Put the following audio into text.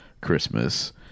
christmas